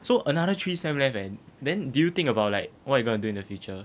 so another three sem left leh then do you think about like what you're gonna do in the future